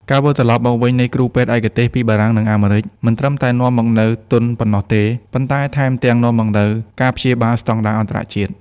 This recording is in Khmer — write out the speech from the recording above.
ការវិលត្រឡប់មកវិញនៃគ្រូពេទ្យឯកទេសពីបារាំង និងអាមេរិក មិនត្រឹមតែនាំមកនូវទុនប៉ុណ្ណោះទេ ប៉ុន្តែថែមទាំងនាំមកនូវ "ការព្យាបាល"ស្ដង់ដារអន្តរជាតិ។